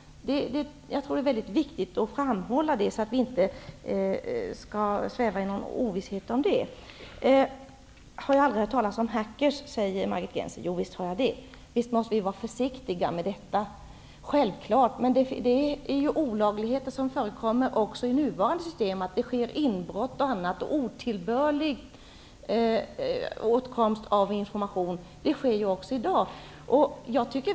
Det är mycket viktigt att framhålla det så att vi inte svävar i ovisshet på den punkten. Margit Gennser frågar om jag aldrig har hört talas om hackers. Jo, visst har jag det. Vi måste självfallet vara försiktiga. Men det förekommer olagligheter även med nuvarande system. Det sker inbrott och annat. Otillbörlig åtkomst av information förekommer också i dag.